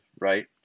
right